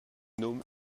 gnome